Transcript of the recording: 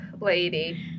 Lady